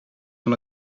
van